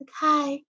Hi